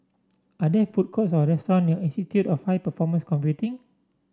are there food courts or restaurants near Institute of High Performance Computing